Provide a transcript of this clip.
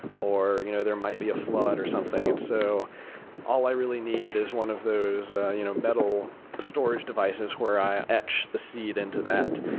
or you know there might be a flood or something. and so all i really need is one of those you know metal storage devices where i attach the seed into that.